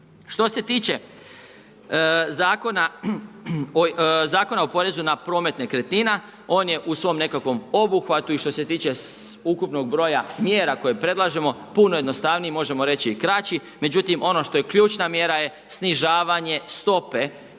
Što se tiče Zakona o porezu na promet nekretnina, on je u svom nekakvom obuhvatu i što se tiče ukupnog broja mjera koje predlažemo puno jednostavniji, možemo reći i kraći. Međutim, ono što je ključna mjera je snižavanje stope